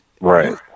Right